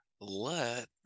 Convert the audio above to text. let